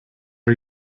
are